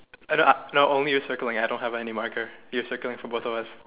I don't uh no only you circling I don't have any marker you circling for both of us